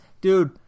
dude